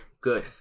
Good